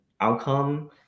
outcome